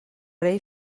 rei